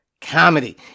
comedy